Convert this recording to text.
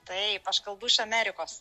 taip aš kalbu iš amerikos